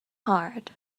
hard